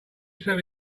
expect